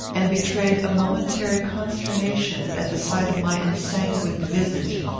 and betrayed a momentary consternation at the sight of my ensanguined visage.